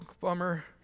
bummer